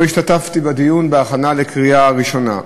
השתתפתי בדיון בהכנה לקריאה הראשונה.